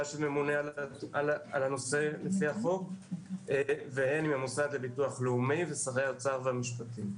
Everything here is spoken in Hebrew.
שממונה על הנושא לפי החוק והן עם המוסד לביטוח לאומי ושרי האוצר והמשפטים.